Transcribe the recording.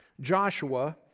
Joshua